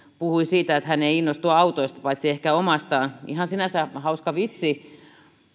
puhui että hän ei innostu autoista paitsi ehkä omastaan ihan sinänsä hauska vitsi